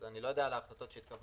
אני לא יודע על החלטות אתמול.